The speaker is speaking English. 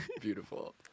Beautiful